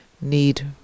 need